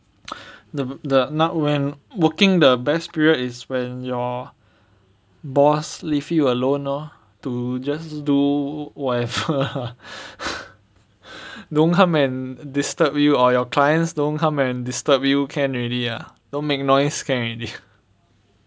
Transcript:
the the not when working the best period is when your boss leave you alone lor to just do whatever don't come and disturb you or your clients don't come and disturb you can already ah don't make noise can already